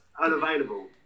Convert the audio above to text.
unavailable